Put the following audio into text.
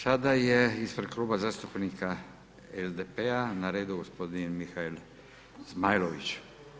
Sada je ispred Kluba zastupnika SDP-a na redu gospodin Mihael Zmajlović.